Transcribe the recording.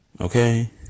Okay